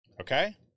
Okay